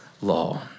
law